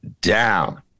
down